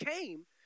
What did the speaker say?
came